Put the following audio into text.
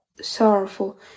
sorrowful